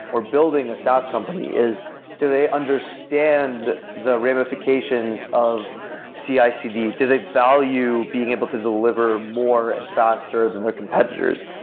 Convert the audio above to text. or building a saas company, is do they understand the ramifications of ah cicd? do they value being able to deliver more and faster than their competitors?